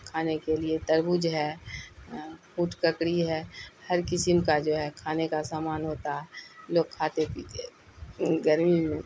کھانے کے لیے تربوز ہے پھوٹ ککڑی ہے ہر قسم کا جو ہے کھانے کا سامان ہوتا ہے لوگ کھاتے پیتے گرمی میں